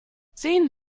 sehen